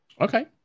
Okay